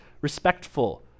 respectful